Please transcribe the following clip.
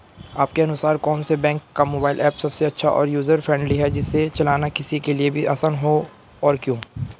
आपके अनुसार कौन से बैंक का मोबाइल ऐप सबसे अच्छा और यूजर फ्रेंडली है जिसे चलाना किसी के लिए भी आसान हो और क्यों?